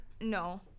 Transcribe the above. No